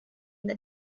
the